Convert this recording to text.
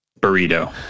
Burrito